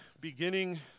beginning